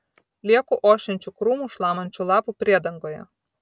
lieku ošiančių krūmų šlamančių lapų priedangoje